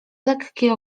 lekkie